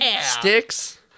sticks